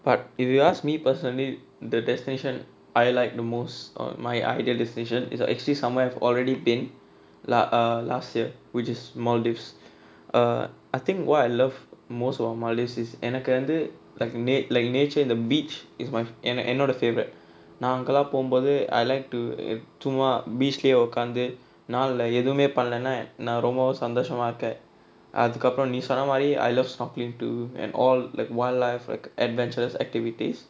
but if you ask me personally the destination I like the most of my ideal destination is actually somewhere I've already been ah last year which is maldives err I think what I love most about maldives is எனக்கு வந்து:enakku vanthu like nature இந்த:intha beach is my என் என்னோட:en ennoda favourite நா அங்கெல்லாம் போம்போது:naa angellaam pompothu I like to சும்மா:chumma beach உக்காந்து நாலுல எதுவுமே பண்லேனா நா ரொம்பவும் சந்தோஷமா இருக்கேன் அதுக்கு அப்புறம் நீ சொன்னமாரி:ukkaanthu naalula ethuvumae panlaenaa naa rombavum santhoshamaa irukkaen athukku appuram nee sonnamaari I love chocalate tour and all like wildlife like adventurous activities